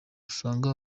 usanga